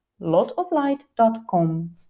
lotoflight.com